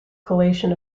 collation